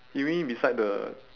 you mean beside the